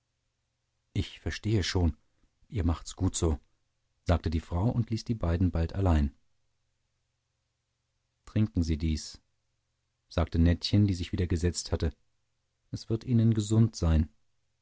ich verstehe schon ihr macht's gut so sagte die frau und ließ die zwei bald allein trinken sie dies sagte nettchen die sich wieder gesetzt hatte es wird ihnen gesund sein